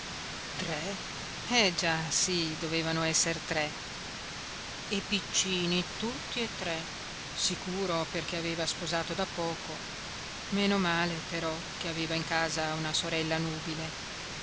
tre eh già sì dovevano esser tre e piccini tutti e tre sicuro perché aveva sposato da poco meno male però che aveva in casa una sorella nubile